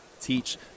teach